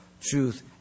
truth